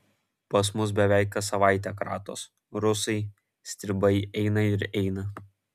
pas mus beveik kas savaitę kratos rusai stribai eina ir eina